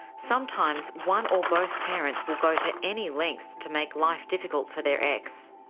sometimes one or both parents will go to any lengths to make life difficult for their ex.